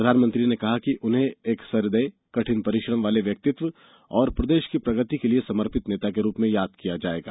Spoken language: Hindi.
प्रधानमंत्री ने कहा कि उन्हें एक सहदय कठिन परिश्रम वाले व्यक्तित्व और प्रदेश की प्रगति के लिए समर्पित नेता के रूप में याद किया जाएगा